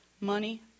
money